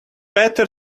better